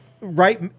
right